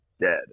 dead